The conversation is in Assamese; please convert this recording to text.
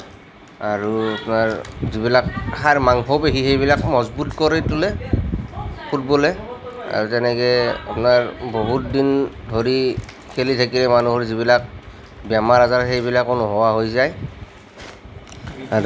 আৰু আপোনাৰ যিবিলাক হাড় মাংসপেশী সেইবিলাক মজবুত কৰি তোলে ফুটবলে আৰু তেনেকৈ আপোনাৰ বহুত দিন ধৰি খেলি থাকিলে মানুহৰ যিবিলাক বেমাৰ আজাৰ সেইবিলাকো নোহোৱা হৈ যায়